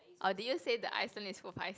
orh did you say the Iceland is full of ice